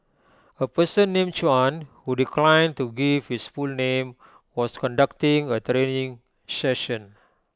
A person named Chuan who declined to give his full name was conducting A training session